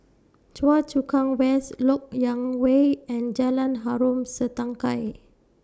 Choa Chu Kang West Lok Yang Way and Jalan Harom Setangkai